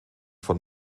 von